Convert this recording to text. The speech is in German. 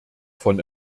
von